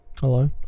Hello